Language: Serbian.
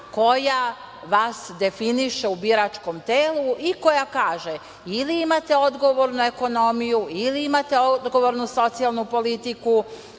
koja vas definiše u biračkom telu i koja kaže ili imate odgovornu ekonomiju ili imate odgovornu socijalnu politiku,